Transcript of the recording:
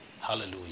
Hallelujah